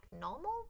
normal